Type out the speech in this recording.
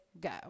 go